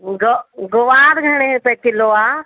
ग ग्वार घणे रुपए किलो आहे